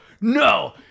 no